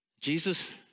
Jesus